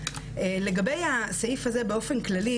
לגבי הסעיף הזה באופן ספציפי,